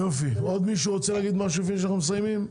עוד מישהו רוצה להגיד משהו לפני שאנחנו מסיימים?